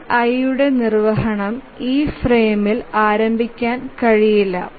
Ti യുടെ നിർവ്വഹണം ഈ ഫ്രെയിമിൽ ആരംഭിക്കാൻ കഴിയില്ല